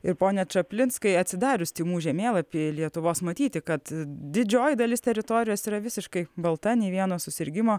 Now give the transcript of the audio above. ir pone čaplinskai atsidarius tymų žemėlapy lietuvos matyti kad didžioji dalis teritorijos yra visiškai balta nei vieno susirgimo